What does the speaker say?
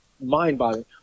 mind-boggling